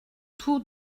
tour